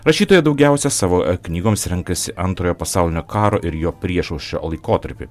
rašytoja daugiausia savo knygoms renkasi antrojo pasaulinio karo ir jo priešaušrio laikotarpį